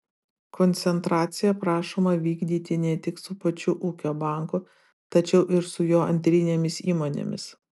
koncentracija prašoma vykdyti ne tik su pačiu ūkio banku tačiau ir su jo antrinėmis įmonėmis